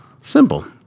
Simple